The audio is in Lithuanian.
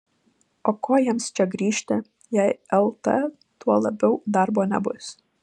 o ko jiems čia grįžti jei lt tuo labiau darbo nebus